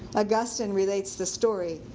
augustine relates the story.